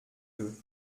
vœux